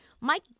Mike